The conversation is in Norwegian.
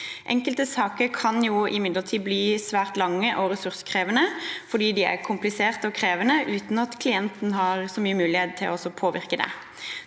Enkelte saker kan imidlertid bli svært lange og ressurskrevende fordi de er kompliserte og krevende, uten at klienten har så mye mulighet til å påvirke det.